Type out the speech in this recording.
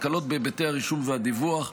הקלות בהיבטי הרישום והדיווח,